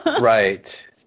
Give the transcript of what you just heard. Right